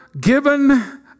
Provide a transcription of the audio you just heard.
given